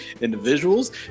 individuals